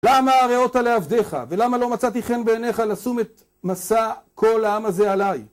למה הרעותה לעבדך, ולמה לא מצאתי חן בעיניך לשום את משא כל העם הזה עליי?